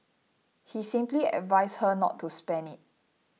he simply advised her not to spend it